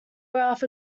garth